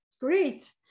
great